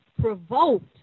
provoked